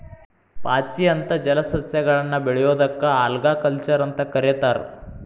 ಪಾಚಿ ಅಂತ ಜಲಸಸ್ಯಗಳನ್ನ ಬೆಳಿಯೋದಕ್ಕ ಆಲ್ಗಾಕಲ್ಚರ್ ಅಂತ ಕರೇತಾರ